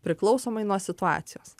priklausomai nuo situacijos